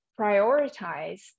prioritize